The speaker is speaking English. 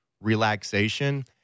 relaxation